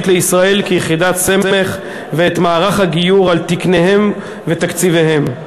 לישראל כיחידת סמך ואת מערך הגיור על תקניהם ותקציביהם,